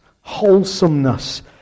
wholesomeness